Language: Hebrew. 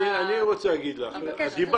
אני נגד זה, אדוני.